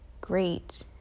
great